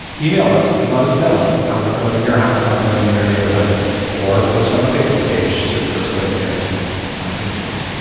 email us and let us know. how's it going in your house has gone to your neighborhood or post on the facebook page? search for slate parenting on facebook.